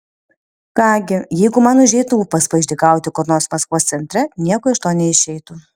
ką gi jeigu man užeitų ūpas paišdykauti kur nors maskvos centre nieko iš to neišeitų